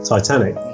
Titanic